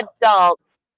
adults